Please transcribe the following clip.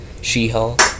She-Hulk